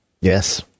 Yes